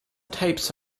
types